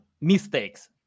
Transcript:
mistakes